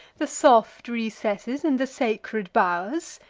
the soft recesses, and the sacred bow'rs.